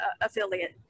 affiliate